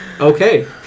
Okay